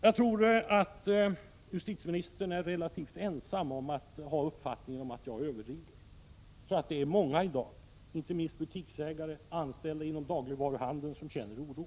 Jag tror att justitieministern är relativt ensam om att ha uppfattningen att jag överdriver. Jag tror att det är många i dag, inte minst butiksägare och anställda inom dagligvaruhandeln, som känner oro.